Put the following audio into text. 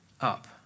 up